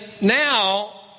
now